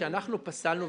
שאנחנו פסלנו,